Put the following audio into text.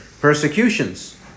persecutions